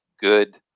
good